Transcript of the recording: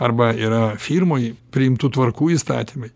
arba yra firmoj priimtų tvarkų įstatymai